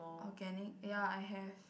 organic ya I have